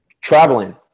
Traveling